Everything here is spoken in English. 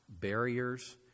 barriers